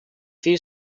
few